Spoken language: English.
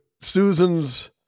Susan's